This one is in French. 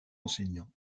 enseignant